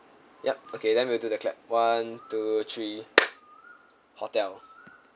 yup okay then we'll do the clap one two three hotel